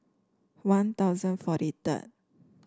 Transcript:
One Thousand forty third